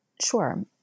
Sure